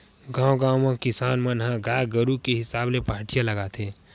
गाँव गाँव म किसान मन ह गाय गरु के हिसाब ले पहाटिया लगाथे